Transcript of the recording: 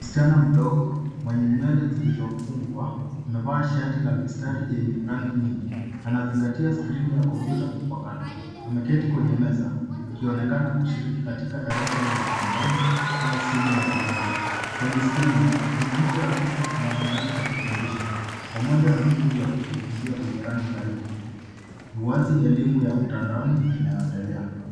Msichana mdogo mwenye nywele zilizofungwa amevaa shati la mistari yenye rangi nyingi anazingatia skrini ya kompyuta wakatwa ameketi kwenye meza akionekana kushiriki katika darasa la mtandaoni au simu ya video. Kwenye skrini mwanamke rafiki anaonekana akifundisha pamoja na vitu vya kujifunzia vyenye rangi karibu. Uwazi elimu ya mtandaoni inayoendelea.